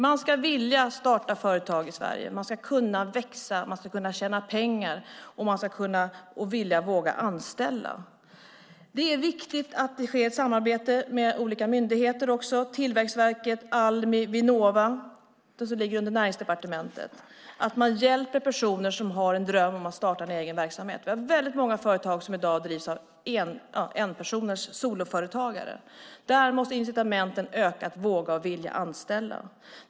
Man ska vilja starta företag i Sverige, man ska kunna växa, man ska kunna tjäna pengar och man ska vilja och våga anställa. Det är viktigt att det sker ett samarbete med olika myndigheter, till exempel Tillväxtverket, Almi och Vinnova eller andra under Näringsdepartementet. Vi ska hjälpa personer som har en dröm om att starta egen verksamhet. Många företag drivs i dag av en person, det vill säga soloföretagare. Där måste incitamenten öka för att våga och vilja anställa.